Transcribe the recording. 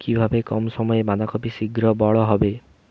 কিভাবে কম সময়ে বাঁধাকপি শিঘ্র বড় হবে?